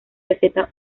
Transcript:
receta